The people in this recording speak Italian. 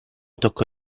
toccò